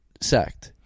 sacked